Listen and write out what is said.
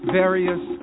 various